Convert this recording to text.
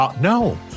No